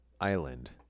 island